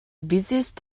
busiest